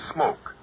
Smoke